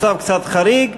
מצב קצת חריג,